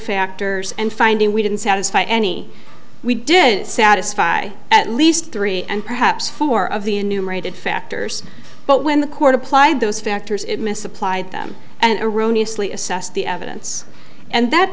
factors and finding we didn't satisfy any we did satisfy at least three and perhaps four of the enumerated factors but when the court applied those factors it misapplied them and eroni asli assessed the evidence and that